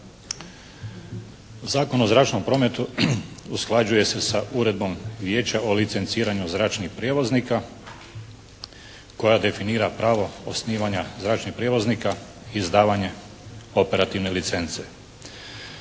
Zakon o zračnom prometu usklađuje se sa uredbom vijeća o licenciranju zračnih prijevoznika koja definira pravo osnivanja zračnih prijevoznika i izdavanje operativne licence.